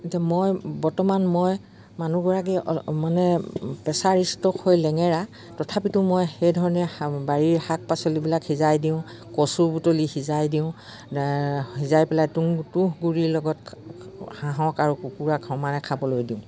এতিয়া মই বৰ্তমান মই মানুহগৰাকী মানে প্ৰেছাৰ ষ্টক হৈ লেঙেৰা তথাপিতো মই সেইধৰণে বাৰীৰ শাক পাচলিবিলাক সিজাই দিওঁ কচু বুটলি সিজাই দিওঁ সিজাই পেলাই তু তুহ গুড়িৰ লগত হাঁহক আৰু কুকুৰা সমমানে খাবলৈ দিওঁ